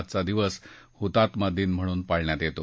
आजचा दिवस हुतात्मा दिन म्हणून पाळण्यात येतो